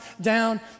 down